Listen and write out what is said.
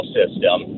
system